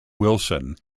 wilson